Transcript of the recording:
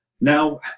Now